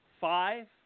five